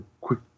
quick